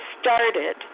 started